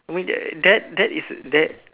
I mean that that that is that